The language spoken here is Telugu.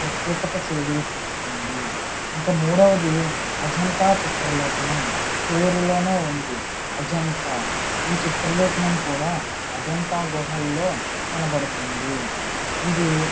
ప్రత్యేకత చేజిక్కించుకుంది ఇంకా మూడవది అజంతా చిత్రలేఖనం పేరులోనే ఉంది అజంతా ఈ చిత్రలేఖనం కూడా అజంతా గుహల్లో కనపడుతుంది ఇది